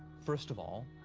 first of all,